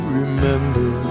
remember